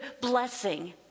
blessing